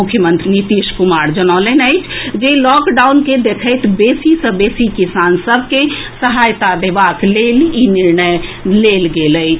मुख्यमंत्री नीतीश कुमार जनौलनि अछि जे लॉकडाउन के देखैत बेसी सँ बेसी किसान सभ के सहायता देबाक लेल ई निर्णय लेल गेल अछि